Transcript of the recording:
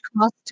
cost